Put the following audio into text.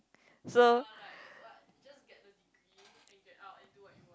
so